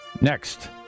Next